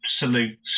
absolute